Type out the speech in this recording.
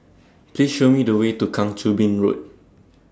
Please Show Me The Way to Kang Choo Bin Road